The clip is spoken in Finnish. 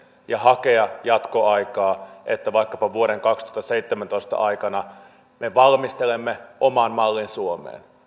ja hakea jatkoaikaa niin että vaikkapa vuoden kaksituhattaseitsemäntoista aikana me valmistelemme oman mallin suomeen